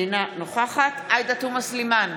אינה נוכחת עאידה תומא סלימאן,